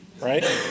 right